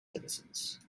citizens